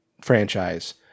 franchise